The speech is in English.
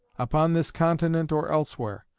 upon this continent or elsewhere,